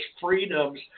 freedoms